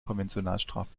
konventionalstrafe